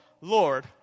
Lord